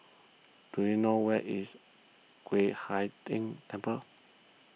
do you know where is Yueh Hai Ching Temple